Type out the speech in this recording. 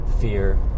fear